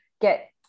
get